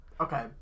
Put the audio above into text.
Okay